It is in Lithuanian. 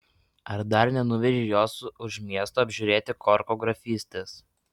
ar dar nenuvežei jos už miesto apžiūrėti korko grafystės